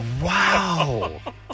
Wow